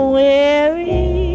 weary